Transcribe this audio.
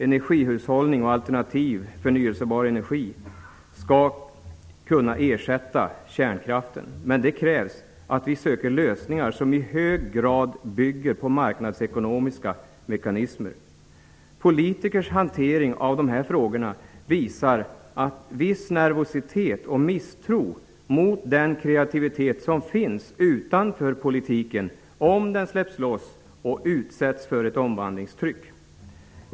Energihushållning och alternativ, förnybar energi skall kunna ersätta kärnkraften, men det krävs att vi söker lösningar som i hög grad bygger på marknadsekonomiska mekanismer. Politikers hantering av de här frågorna visar viss nervositet och misstro mot den kreativitet som finns utanför politiken, om den kreativiteten släpps loss och utsätts för ett omvandlingstryck.